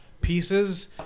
pieces